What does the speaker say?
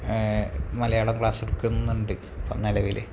മലയാളം ക്ലാസ്സുകൾ എടുക്കുന്നുണ്ട് ഇപ്പോള് നിലവിൽ